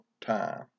time